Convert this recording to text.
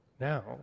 now